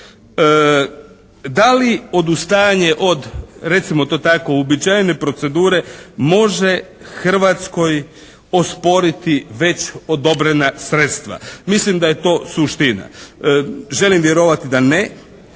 da li odustajanje od recimo to tako uobičajene procedure može Hrvatskoj osporiti već odobrena sredstva? Mislim da je to suština. Želim vjerovati da ne